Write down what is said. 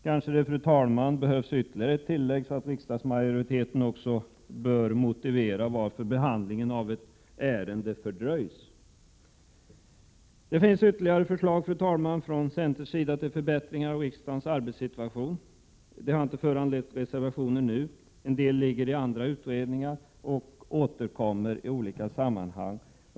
Kanske behövs det, fru talman, ytterligare ett tillägg om att riksdagsmajoriteten också bör motivera varför behandlingen av ett ärende fördröjs. Fru talman! Det finns ytterligare förslag från centerns sida om förbättringar av riksdagens arbetssituation. De har inte föranlett reservationer nu. En del är föremål för utredningar, och frågorna återkommer i olika sammanhang.